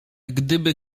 gdyby